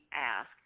ask